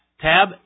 tab